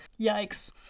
Yikes